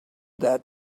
that